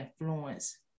influence